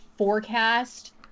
forecast